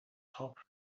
top